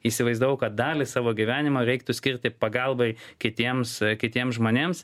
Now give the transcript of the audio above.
įsivaizdavau kad dalį savo gyvenimo reiktų skirti pagalbai kitiems kitiems žmonėms